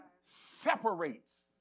separates